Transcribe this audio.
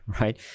right